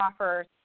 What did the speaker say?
offers